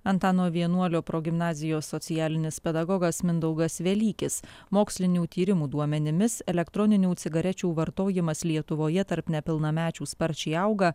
antano vienuolio progimnazijos socialinis pedagogas mindaugas velykis mokslinių tyrimų duomenimis elektroninių cigarečių vartojimas lietuvoje tarp nepilnamečių sparčiai auga